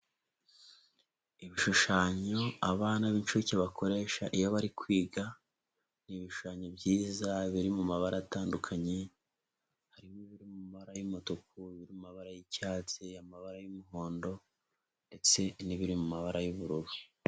Ibishushanyo abana b'inshuke bakoresha iyo bari kwiga, ni ibishushanyo byiza biri mu mabara atandukanye harimo: ibiri mu mabara y'umutuku, ibiri mu mabara y'icyatsi, amabara y'umuhondo ndetse n'ibiri mu mabara y'ubururu.